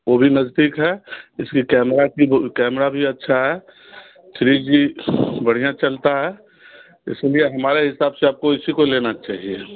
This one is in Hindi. वो भी नज़दीक है इसकी कैमरा भी अच्छा है थ्री जी बढ़िया चलता है इस लिए हमारे हिसाब से आपको इसी को लेना चाहिए